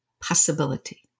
possibility